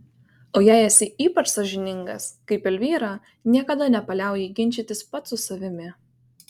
o jei esi ypač sąžiningas kaip elvyra niekada nepaliauji ginčytis pats su savimi